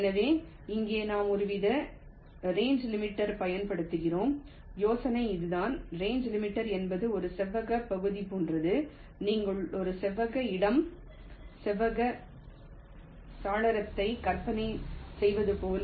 எனவே இங்கே நாம் ஒருவித ரங்கே லிமிடேர் பயன்படுத்துகிறோம் யோசனை இதுதான் ரங்கே லிமிடேர் என்பது ஒரு செவ்வக பகுதி போன்றது நீங்கள் ஒரு செவ்வக இடம் செவ்வக சாளரத்தை கற்பனை செய்வது போல